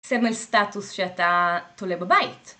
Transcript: סמל סטטוס שאתה תולה בבית.